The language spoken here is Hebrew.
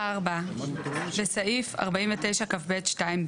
" (4)בסעיף 49כב2,